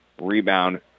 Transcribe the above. Rebound